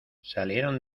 salieron